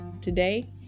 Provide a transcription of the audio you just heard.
today